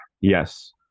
Yes